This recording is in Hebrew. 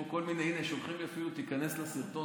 הינה, שולחים לי אפילו להיכנס לסרטון